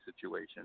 situation